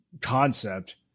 concept